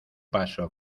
paso